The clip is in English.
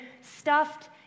stuffed